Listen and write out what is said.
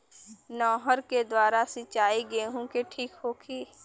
नहर के द्वारा सिंचाई गेहूँ के ठीक होखि?